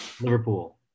Liverpool